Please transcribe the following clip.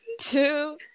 two